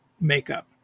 makeup